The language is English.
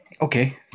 okay